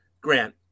Grant